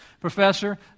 professor